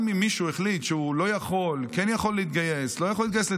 גם אם מישהו החליט שהוא לא יכול להתגייס לצה"ל,